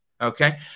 okay